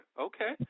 Okay